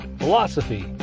philosophy